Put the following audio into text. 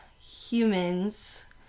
humans